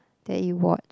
that you watch